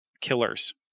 killers